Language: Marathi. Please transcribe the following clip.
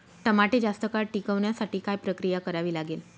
टमाटे जास्त काळ टिकवण्यासाठी काय प्रक्रिया करावी लागेल?